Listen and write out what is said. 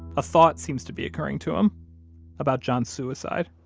a thought seems to be occurring to him about john's suicide